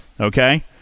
Okay